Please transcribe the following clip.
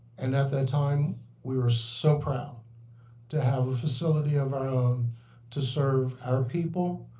and at that time we were so proud to have a facility of our own to serve our people,